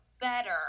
better